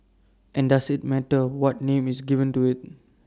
and does IT matter what name is given to IT